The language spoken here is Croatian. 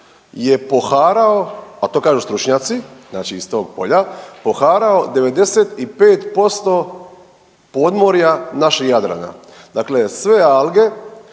je poharao, a to kažu stručnjaci, znači iz tog polja poharao 95% podmorja našeg Jadrana. Dakle, sve alge,